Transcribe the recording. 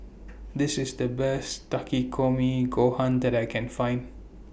This IS The Best Takikomi Gohan that I Can Find